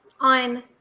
on